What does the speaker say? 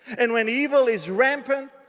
and when evil is rampant,